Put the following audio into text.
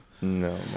No